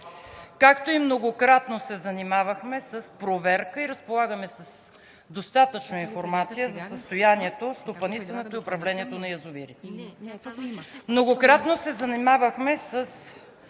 както и многократно се занимавахме с проверка и разполагаме с достатъчно информация за състоянието, стопанисването и управлението на язовирите. Многократно се занимавахме с